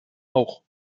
auch